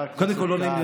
אתה לא יודע מי הוא,